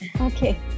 Okay